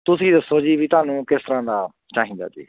ਤੁਸੀਂ ਦੱਸੋ ਜੀ ਵੀ ਤੁਹਾਨੂੰ ਕਿਸ ਤਰ੍ਹਾਂ ਦਾ ਚਾਹੀਦਾ ਜੀ